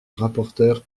rapporteur